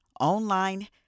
online